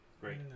Great